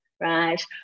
right